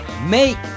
Make